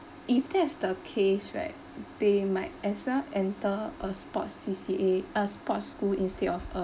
if that is the case right they might as well enter a sports C_C_A a sports school instead of a